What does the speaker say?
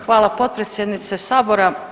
Hvala potpredsjednice sabora.